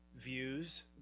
views